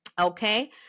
Okay